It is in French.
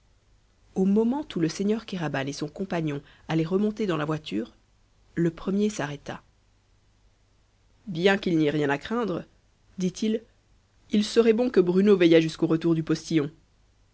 au moment où le seigneur kéraban et son compagnon allaient remonter dans la voiture le premier s'arrêta bien qu'il n'y ait rien à craindre dit-il il serait bon que bruno veillât jusqu'au retour du postillon